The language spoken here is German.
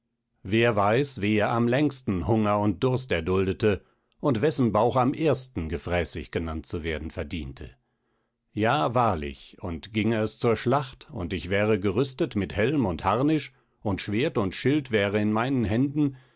wer weiß wer am längsten hunger und durst erduldete und wessen bauch am ersten gefräßig genannt zu werden verdiente ja wahrlich und ginge es zur schlacht und ich wäre gerüstet mit helm und harnisch und schwert und schild wäre in meinen händen